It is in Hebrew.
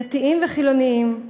דתיים וחילונים,